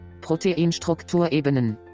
Proteinstrukturebenen